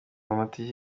amatike